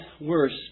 worse